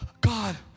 god